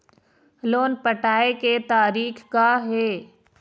Loan पटाए के तारीख़ का हे?